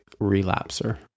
relapser